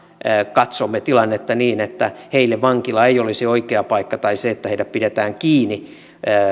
katsomme tilannetta niin että heille vankila ei olisi oikea paikka tai se että heidät pidetään kiinni